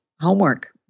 homework